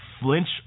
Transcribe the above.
flinch